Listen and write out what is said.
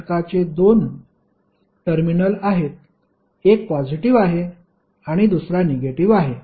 घटकाचे दोन टर्मिनल आहेत एक पॉजिटीव्ह आहे आणि दुसरा निगेटिव्ह आहे